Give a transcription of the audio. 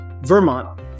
Vermont